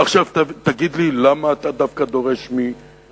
עכשיו תגיד לי: למה אתה דווקא דורש מישראל,